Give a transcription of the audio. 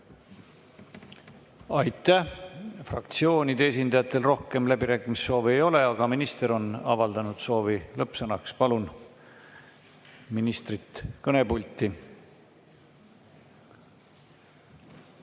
Aitäh! Fraktsioonide esindajatel rohkem läbirääkimiste soovi ei ole, aga minister on avaldanud soovi lõppsõnaks. Palun ministri kõnepulti.